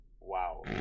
Wow